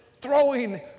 throwing